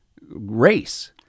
race